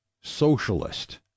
socialist